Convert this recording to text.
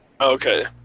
okay